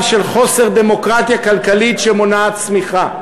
של חוסר דמוקרטיה כלכלית שמונעת צמיחה.